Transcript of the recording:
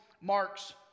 Mark's